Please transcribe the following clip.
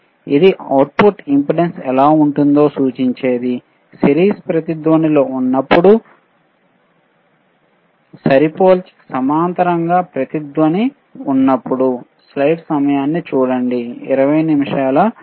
ఇది సిరీస్ రెజోనెOట్లో ఉన్నప్పుడు సరిపోల్చి సమాంతరంగా రెజోనెOట్ ఉన్నప్పుడు అవుట్పుట్ ఇంపెడెన్స్ ఎలా ఉంటుందో సూచించేది